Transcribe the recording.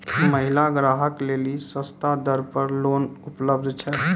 महिला ग्राहक लेली सस्ता दर पर लोन उपलब्ध छै?